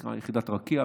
שנקרא יחידת רקיע,